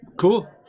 Cool